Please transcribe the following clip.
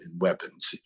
weapons